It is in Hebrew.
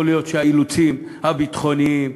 יכול להיות שהאילוצים הביטחוניים,